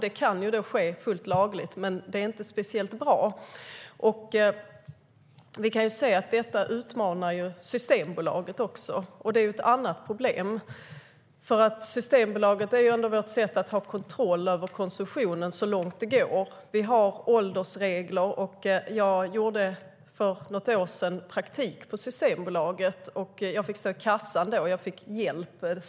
Det kan ske fullt lagligt, men det är inte speciellt bra. Det utmanar även Systembolaget, vilket är ett annat problem. Systembolaget är vårt sätt att ha kontroll över konsumtionen så långt det går. Vi har åldersregler. Jag gjorde praktik på Systembolaget för något år sedan och fick då stå i kassan - som tur var fick jag hjälp.